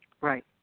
Right